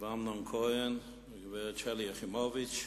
אמנון כהן והגברת שלי יחימוביץ.